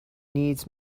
needs